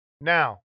now